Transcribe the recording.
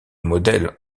modèle